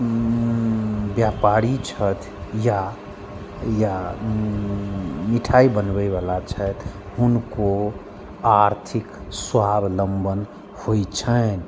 व्यापारी छथि या या मिठाइ बनबैवला छथि हुनको आर्थिक स्वावलम्बन होइ छन्हि